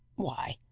why,